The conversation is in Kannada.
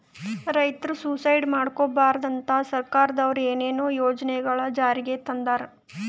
ರೈತರ್ ಸುಯಿಸೈಡ್ ಮಾಡ್ಕೋಬಾರ್ದ್ ಅಂತಾ ಸರ್ಕಾರದವ್ರು ಏನೇನೋ ಯೋಜನೆಗೊಳ್ ಜಾರಿಗೆ ತಂದಾರ್